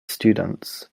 students